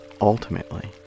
ultimately